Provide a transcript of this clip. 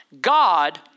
god